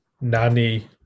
Nani